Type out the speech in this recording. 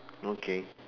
okay